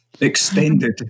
extended